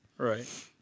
Right